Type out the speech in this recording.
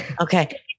Okay